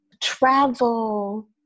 travel